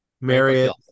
Marriott